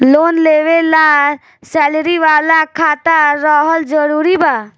Loan लेवे ला salary वाला खाता रहल जरूरी बा?